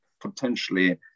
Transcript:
potentially